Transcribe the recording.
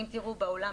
אם תראו בעולם,